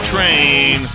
Train